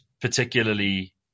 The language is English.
particularly